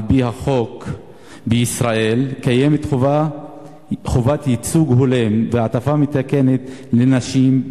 על-פי החוק בישראל קיימת חובת ייצוג הולם והעדפה מתקנת לנשים,